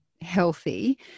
healthy